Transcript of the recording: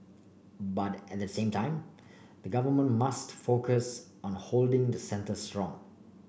but at the same time the government must focus on holding the centre strong